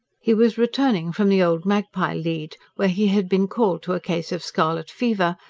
he was returning from the old magpie lead, where he had been called to a case of scarlet fever,